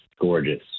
gorgeous